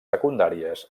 secundàries